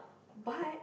but